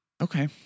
Okay